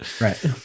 Right